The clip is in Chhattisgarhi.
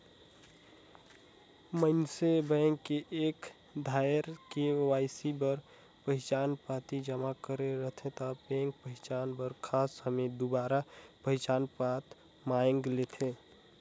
मइनसे बेंक में एक धाएर के.वाई.सी बर पहिचान पाती जमा करे रहथे ता बेंक पहिचान बर खास समें दुबारा पहिचान पत्र मांएग लेथे